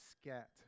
SCAT